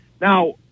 Now